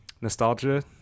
nostalgia